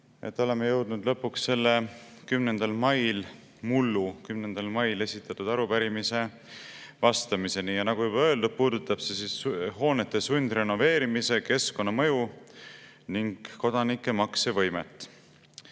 et oleme jõudnud lõpuks sellele 10. mail, mullu 10. mail esitatud arupärimisele vastamiseni. Nagu juba öeldud, puudutab see hoonete sundrenoveerimise keskkonnamõju ning kodanike maksevõimet.